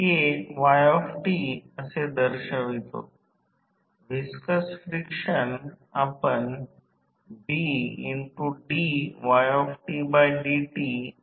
तर या प्रकरणात म्हणून ऑटोट्रान्सफॉर्मर 2 विंडिंग कौंटर पार्ट च्या तुलनेत काही कमी अभिक्रिया कमी तोटे कमी एक्सायटिंग प्रवाह आणि चांगले व्होल्टेज नियमन असेल